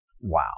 wow